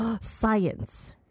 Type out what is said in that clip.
Science